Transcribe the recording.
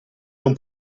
non